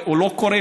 מי ש לא קורא,